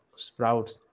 Sprouts